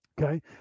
Okay